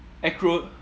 acro~